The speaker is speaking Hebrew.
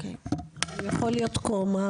הוא יכול להיות בקומה,